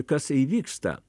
kas įvyksta